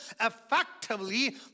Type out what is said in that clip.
effectively